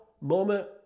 moment